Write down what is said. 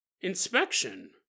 inspection